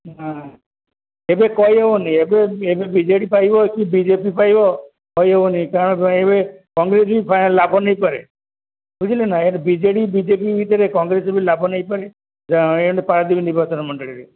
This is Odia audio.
ନା ଏବେ କହିହେଉନି ଏବେ ଏବେ ବିଜେଡ଼ି ପାଇବ କି ବିଜେପି ପାଇବ କହି ହେଉନି କାରଣ ଏବେ କଂଗ୍ରେସ ବି ଲାଭ ନେଇପାରେ ବୁଝିଲେ ନା ଏ ବିଜେଡ଼ି ବିଜେପି ଭିତରେ କଂଗ୍ରେସ ବି ଲାଭ ନେଇପାରେ ଏଣ୍ଡ ନିର୍ବାଚନ ମଣ୍ଡଳୀରେ